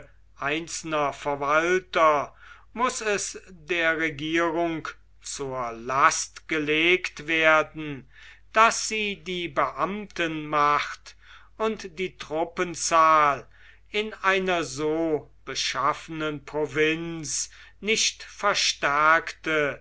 einzelner verwalter muß es der regierung zur last gelegt werden daß sie die beamtenmacht und die truppenzahl in einer so beschaffenen provinz nicht verstärkte